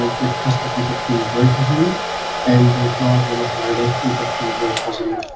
ah the customer feedback's been very positive and the driver and operator feedback's been very positive.